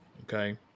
Okay